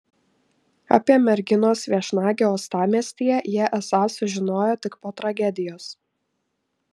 apie merginos viešnagę uostamiestyje jie esą sužinojo tik po tragedijos